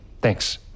Thanks